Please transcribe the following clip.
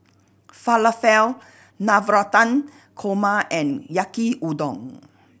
Falafel Navratan Korma and Yaki Udon